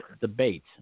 debate